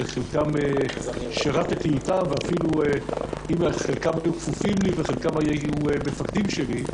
שעם חלקם שירתי ואפילו חלקם היו כפופים לי וחלקם היו מפקדים שלי,